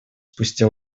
спустя